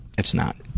it's not.